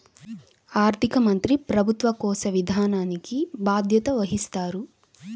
ఆర్థిక మంత్రి ప్రభుత్వ కోశ విధానానికి బాధ్యత వహిస్తారు